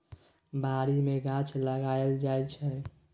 बारी मे गाछ लगाएल जाइ छै